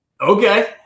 Okay